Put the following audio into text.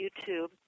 YouTube